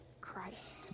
Christ